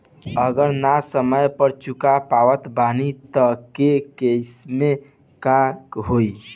अगर ना समय पर चुका पावत बानी तब के केसमे का होई?